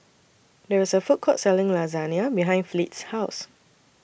There IS A Food Court Selling Lasagna behind Fleet's House